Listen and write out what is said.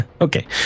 okay